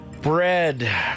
Bread